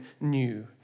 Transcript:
new